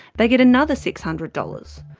they get another six hundred dollars.